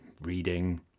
Reading